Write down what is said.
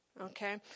okay